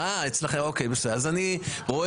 חבר